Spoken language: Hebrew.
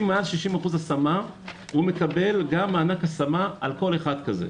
מעל 60% השמה, הוא מקבל מענק השמה על כל אחד כזה.